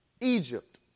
Egypt